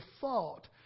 thought